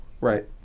Right